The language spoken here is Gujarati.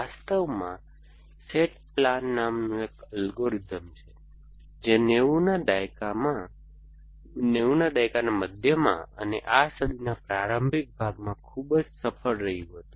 વાસ્તવમાં SAT પ્લાન નામનું એક અલ્ગોરિધમ છે જે નેવુંના દાયકાના મધ્યમાં અને આ સદીના પ્રારંભિક ભાગમાં ખૂબ જ સફળ રહ્યું હતું